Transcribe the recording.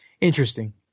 Interesting